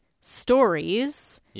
stories